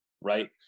right